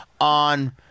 on